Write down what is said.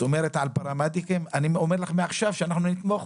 את אומרת על פראמדיקים - אני אומר לך מעכשיו שאנחנו נתמוך.